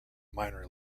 minor